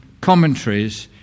commentaries